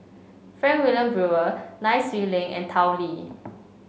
Frank Wilmin Brewer Nai Swee Leng and Tao Li